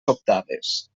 sobtades